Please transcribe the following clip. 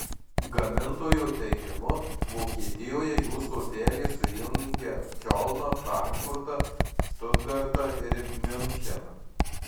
gamintojo teigimu vokietijoje jų stotelės sujungia kiolną frankfurtą štutgartą ir miuncheną